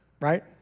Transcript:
right